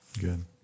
Good